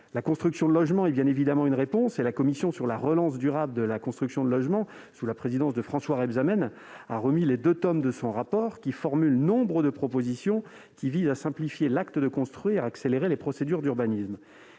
La construction de logements est bien évidemment une réponse à ce problème. La commission pour la relance durable de la construction de logements, sous la présidence de M. François Rebsamen, a remis les deux tomes de son rapport, lequel formule nombre de propositions visant à simplifier l'acte de construire et à accélérer les procédures d'urbanisme.